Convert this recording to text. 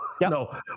No